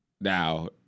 Now